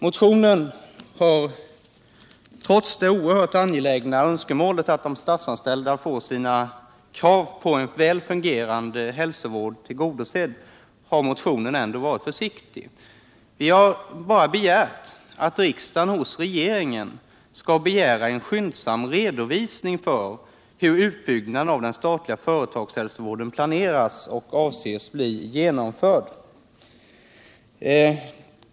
Motionen har, trots det oerhört angelägna önskemålet att de statsanställda får sina krav på en väl fungerande hälsovård tillgodosedda, formulerats försiktigt. Vi har bara begärt att riksdagen hos regeringen skall anhålla om en skyndsam redovisning av hur utbyggnaden av den statliga företagshälsovården planeras och avses bli genomförd.